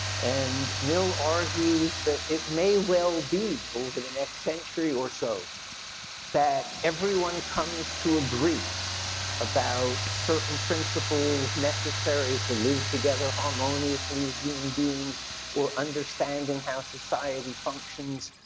and mill argues that it may well be over the next century or so that everyone comes to agree about certain principles necessary to live together harmoniously as human beings or understanding how society functions.